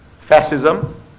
fascism